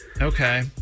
okay